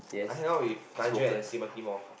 I hang out with Nigel and Timothy more